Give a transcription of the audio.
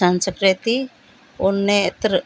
संस्कृति उनेत्र